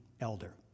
elder